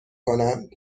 کنند